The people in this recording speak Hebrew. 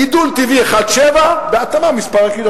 גידול טבעי 1.7% בהתאמה מספר הכיתות.